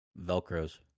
Velcros